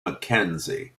mackenzie